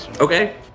Okay